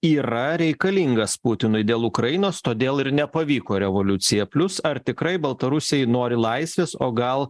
yra reikalingas putinui dėl ukrainos todėl ir nepavyko revoliucija plius ar tikrai baltarusiai nori laisvės o gal